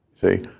See